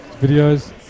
Videos